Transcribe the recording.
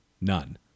None